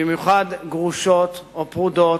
במיוחד גרושות או פרודות,